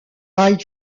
wright